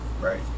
Right